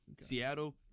Seattle